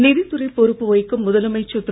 நிதித்துறை பொறுப்பு வகிக்கும் முதலமைச்சர் திரு